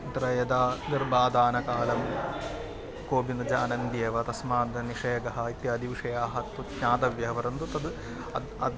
अत्र यदा गर्भाधानकालं कोपि न जानन्त्येव तस्माद् निषेकः इत्यादिविषयाः तु ज्ञातव्यः वरन्तु तद् तद् तद्